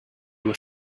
were